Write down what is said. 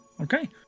okay